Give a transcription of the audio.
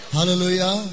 Hallelujah